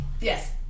Yes